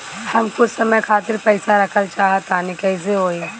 हम कुछ समय खातिर पईसा रखल चाह तानि कइसे होई?